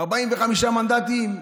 45 מנדטים,